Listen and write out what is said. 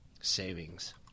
savings